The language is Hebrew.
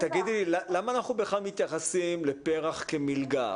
למה אנחנו בכלל מתייחסים לפר"ח כמלגה?